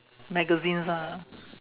magazines ah